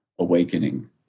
awakening